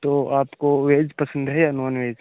तो आपको वेज पसंद है या नॉन वेज